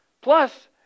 Plus